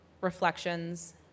reflections